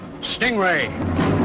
Stingray